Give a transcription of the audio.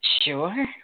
Sure